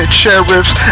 sheriffs